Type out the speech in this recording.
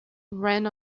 ran